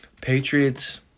Patriots